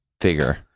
figure